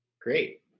great